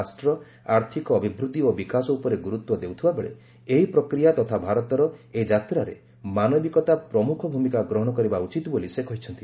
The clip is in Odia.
ରାଷ୍ଟ୍ର ଆର୍ଥିକ ଅଭିବୃଦ୍ଧି ଓ ବିକାଶ ଉପରେ ଗୁରୁତ୍ୱ ଦେଉଥିବା ବେଳେ ଏହି ପ୍ରକ୍ରିୟା ତଥା ଭାରତର ଏହି ଯାତ୍ରାରେ ମାନବିକତା ପ୍ରମୁଖ ଭୂମିକା ଗ୍ରହଣ କରିବା ଉଚିତ୍ ବୋଲି ସେ କହିଛନ୍ତି